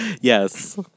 Yes